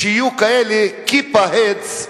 שיהיו כאלה "כיפה-הדס",